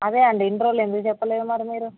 అదే అండి ఇన్ని రోజులు ఎందుకు చెప్పలేదు మరి మీరు